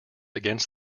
against